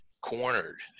cornered